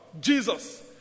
Jesus